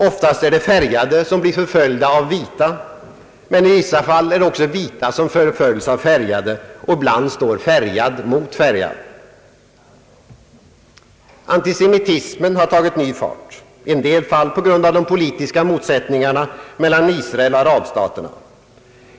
Oftast är det färgade som blir förföljda av vita, men i vissa fall förföljs också vita av färgade, och ibland står färgad mot färgad. Antisemitismen har tagit ny fart, i en del fall på grund av de politiska motsättningarna mellan Israel och arabstaterna.